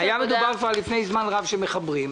דובר כבר לפני זמן רב על כך שמחברים אותם,